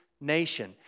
nation